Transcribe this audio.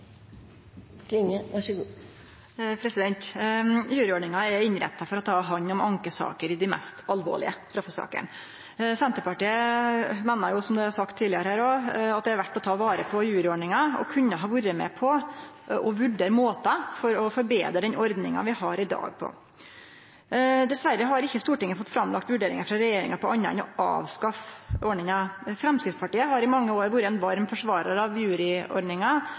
er innretta for å ta hand om ankesaker i dei mest alvorlege straffesakene. Senterpartiet meiner, som det er sagt tidlegare her, at det er verdt å ta vare på juryordninga, og vi kunne ha vore med på å vurdere måtar å forbetre den ordninga vi har i dag. Dessverre har ikkje Stortinget fått framlagt vurderingar frå regjeringa på noko anna enn å avskaffe ordninga. Framstegspartiet har i mange år vore ein varm forsvarar av